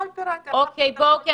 ביקשנו